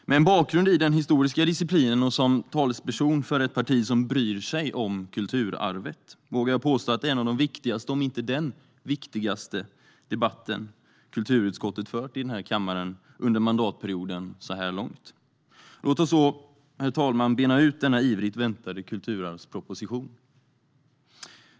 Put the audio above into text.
Med en bakgrund i den historiska disciplinen och som talesperson för ett parti som bryr sig om kulturarvet vågar jag påstå att detta är en av de viktigaste, om inte den viktigaste, debatten så här långt under denna mandatperiod i kulturutskottets frågor. Låt oss så, herr talman, bena ut denna ivrigt väntade kulturarvsproposition!